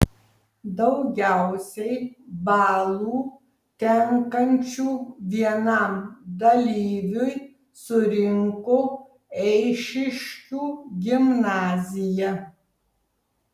daugiausiai balų tenkančių vienam dalyviui surinko eišiškių gimnazija